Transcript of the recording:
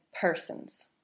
persons